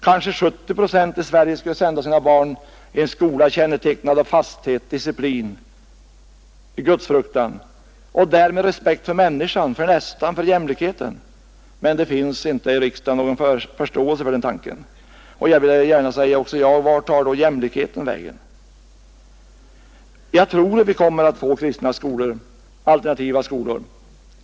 Kanske 70 procent i Sverige skulle sända sina barn till en skola kännetecknad av fasthet, disciplin och gudsfruktan, och därmed respekt för människan, för nästan, för jämlikheten. Men det finns inte i riksdagen någon förståelse för den tanken. Jag vill då gärna fråga: Vart tar då jämlikheten vägen? Jag tror att vi kommer att få kristna skolor, alternativa skolor.